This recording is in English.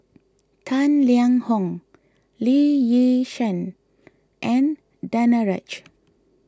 Tang Liang Hong Lee Yi Shyan and Danaraj